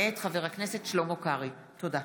מאת חברי הכנסת לימור מגן תלם,